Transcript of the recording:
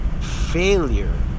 failure